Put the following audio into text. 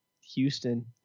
Houston